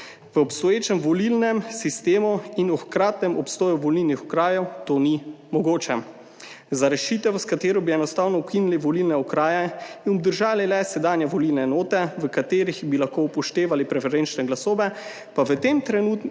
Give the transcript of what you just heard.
v obstoječem volilnem sistemu in v hkratnem obstoju volilnih okrajev to ni mogoče. Za rešitev, s katero bi enostavno ukinili volilne okraje in obdržali le sedanje volilne enote, v katerih bi lahko upoštevali preferenčne glasove, pa v tem. v tej trenutni